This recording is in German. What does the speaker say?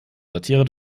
satire